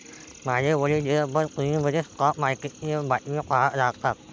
माझे वडील दिवसभर टीव्ही मध्ये स्टॉक मार्केटची बातमी पाहत राहतात